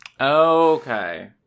Okay